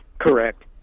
Correct